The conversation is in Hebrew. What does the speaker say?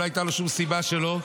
ולא הייתה לו שום סיבה שלא.